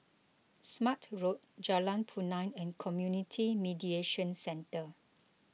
Smart Road Jalan Punai and Community Mediation Centre